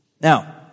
Now